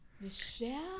Michelle